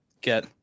get